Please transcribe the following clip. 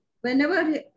whenever